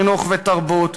חינוך ותרבות,